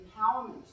empowerment